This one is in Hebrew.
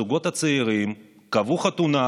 הזוגות הצעירים קבעו חתונה,